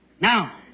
Now